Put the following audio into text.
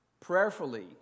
prayerfully